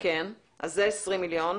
זה 20 מיליון.